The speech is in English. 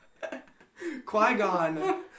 Qui-Gon